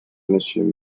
monsieur